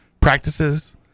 practices